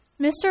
Mr